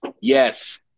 yes